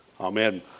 Amen